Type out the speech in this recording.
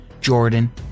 Jordan